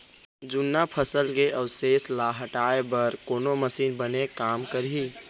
जुन्ना फसल के अवशेष ला हटाए बर कोन मशीन बने काम करही?